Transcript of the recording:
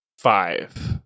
Five